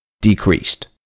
decreased